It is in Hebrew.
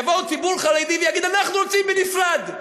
יבוא ציבור חרדי ויגיד: אנחנו רוצים בנפרד.